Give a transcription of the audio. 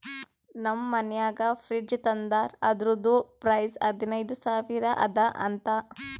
ನಮ್ ಮನ್ಯಾಗ ಫ್ರಿಡ್ಜ್ ತಂದಾರ್ ಅದುರ್ದು ಪ್ರೈಸ್ ಹದಿನೈದು ಸಾವಿರ ಅದ ಅಂತ